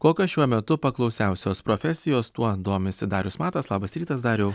kokios šiuo metu paklausiausios profesijos tuo domisi darius matas labas rytas dariau